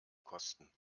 kosten